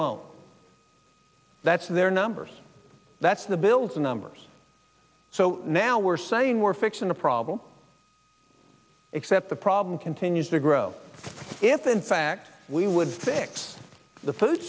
won't that's their numbers that's the bills numbers so now we're saying we're fixing the problem except the problem continues to grow if in fact we would fix the food